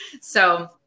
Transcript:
So-